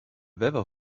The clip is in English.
weather